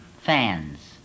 fans